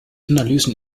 analysen